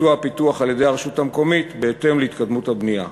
ביצוע הפיתוח על-ידי הרשות המקומית בהתאם להתקדמות הבנייה.